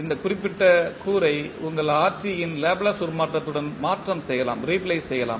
இந்த குறிப்பிட்ட உரை நீங்கள் Rt இன் லேப்ளேஸ் உருமாற்றத்துடன் மாற்றம் செய்யலாம்